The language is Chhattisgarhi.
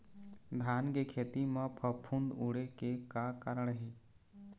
धान के खेती म फफूंद उड़े के का कारण हे?